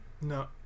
No